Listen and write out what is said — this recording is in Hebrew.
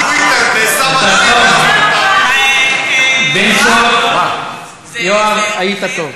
יואב בן צור, היית טוב.